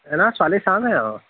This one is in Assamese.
এই নহয় ছোৱালী চামহে আৰু